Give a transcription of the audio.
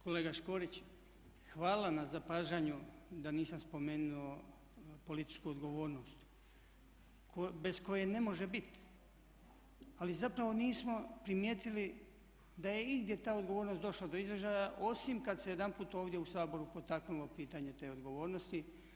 Kolega Škorić, hvala na zapažanju da nisam spomenuo političku odgovornost bez koje ne može biti, ali zapravo nismo primijetili da je igdje ta odgovornost došla do izražaja osim kad se jedanput ovdje u Saboru potaknulo pitanje te odgovornosti.